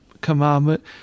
commandment